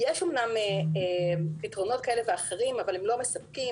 יש אמנם פתרונות כאלה ואחרים, אבל הם לא מספקים.